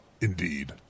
indeed